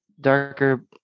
darker